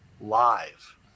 live